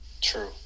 True